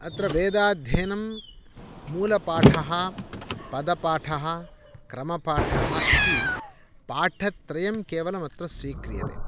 अत्र वेदाध्ययनं मूलपाठः पदपाठः क्रमपाठः इति पाठत्रयं केवलम् अत्र स्वीक्रियते